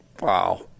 wow